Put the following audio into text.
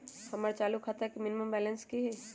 हमर चालू खाता के मिनिमम बैलेंस कि हई?